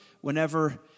whenever